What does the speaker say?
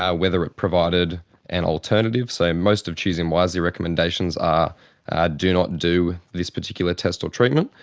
ah whether it provided an alternative. so, most of choosing wisely recommendations are ah do not do this particular test or treatment,